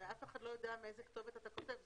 הרי אף אחד לא יודע מאיזו כתובת אתה כותב.